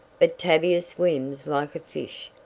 but tavia swims like a fish,